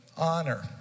honor